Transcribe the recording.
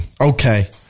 Okay